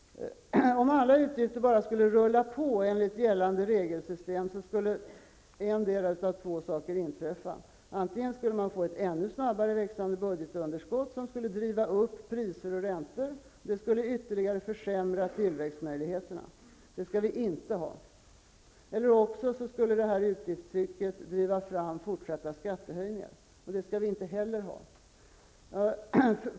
Om alla utgifter bara skulle rulla på enligt gällande regelsystem skulle endera av två saker inträffa. Antingen skulle man få ett ännu snabbare växande budgetunderskott som skulle driva upp priser och räntor, vilket skulle försämra tillväxtmöjligheterna ytterligare. Det skall vi inte ha. Eller också skulle det här utgiftstrycket driva fram fortsatta skattehöjningar. Det skall vi inte heller ha.